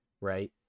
right